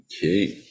Okay